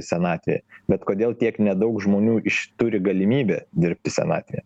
senatvė bet kodėl tiek nedaug žmonių iš turi galimybę dirbti senatvėje